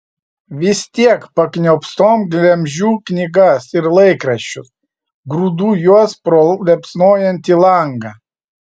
vis tiek pakniopstom glemžiu knygas ir laikraščius grūdu juos pro liepsnojantį langą